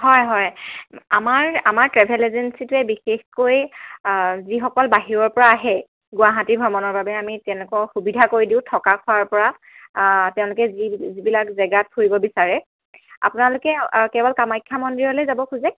হয় হয় আমাৰ আমাৰ ট্ৰেভেল এজেঞ্চিটোৱে বিশেষকৈ যিসকল বাহিৰৰ পৰা আহে গুৱাহাটী ভ্ৰমণৰ বাবে তেওঁলোকক সুবিধা কৰি দিওঁ থকা খোৱাৰ পৰা তেওঁলোকে যিবিলাক জেগাত ফুৰিব বিচাৰে আপোনালোকে কেৱল কামাখ্যা মন্দিৰলৈ যাবলৈ খোজে